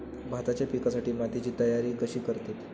भाताच्या पिकासाठी मातीची तयारी कशी करतत?